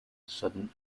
sudden